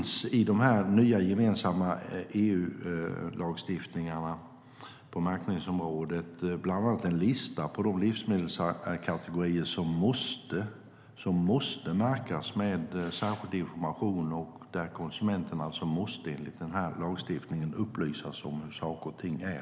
I den nya gemensamma EU-lagstiftningen på märkningsområdet finns bland annat en lista på de livsmedelskategorier som måste märkas med särskild information och där konsumenten enligt lagstiftningen måste upplysas om hur saker och ting är.